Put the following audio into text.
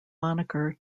moniker